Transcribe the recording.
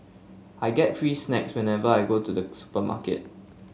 I get free snacks whenever I go to the supermarket